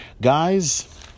guys